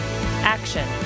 Action